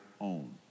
own